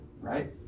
right